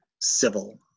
civil